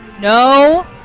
No